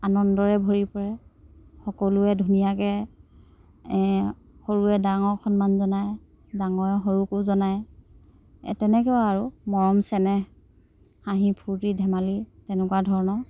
আনন্দৰে ভৰি পৰে সকলোৱে ধুনীয়াকৈ এই সৰুৱে ডাঙৰক সন্মান জনায় ডাঙৰে সৰুকো জনায় তেনেকুৱা আৰু মৰম চেনেহ হাঁহি ফুূৰ্ত্তি ধেমালি তেনেকুৱা ধৰণৰ